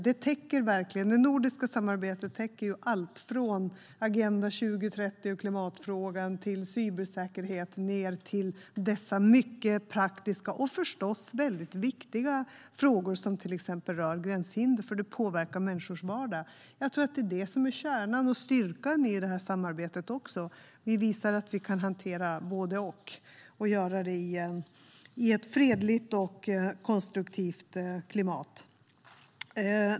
Det nordiska samarbetet täcker allt från Agenda 2030 och klimatfrågan till cybersäkerhet och ända ned till dessa mycket praktiska och förstås mycket viktiga frågor som till exempel rör gränshinder, eftersom de påverkar människors vardag. Jag tror att det är detta som är kärnan och styrkan i detta samarbete, och vi visar att vi kan hantera både och, och göra det i ett fredligt och konstruktivt klimat.